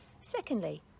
Secondly